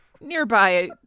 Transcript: nearby